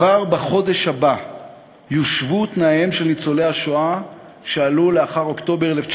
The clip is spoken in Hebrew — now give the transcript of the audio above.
כבר בחודש הבא יושוו תנאיהם של ניצולי השואה שעלו לאחר אוקטובר 1953